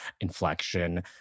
inflection